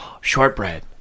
Shortbread